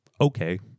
okay